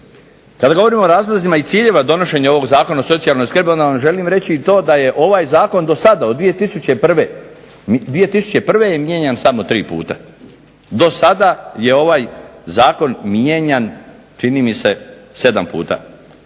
Kad govorimo o razlozima i ciljeva donošenja ovog Zakona o socijalnoj skrbi, onda vam želim reći i to je da je ovaj zakon do sada od 2001., 2001. je mijenjan samo tri puta, do sada je ovaj zakon mijenjan čini mi se sedam puta.